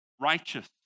righteous